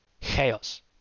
Chaos